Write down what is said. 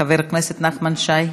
חבר הכנסת נחמן שי,